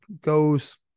goes